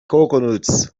coconuts